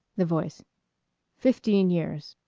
the voice fifteen years.